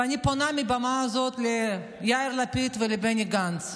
ואני פונה מבמה זו ליאיר לפיד ולבני גנץ: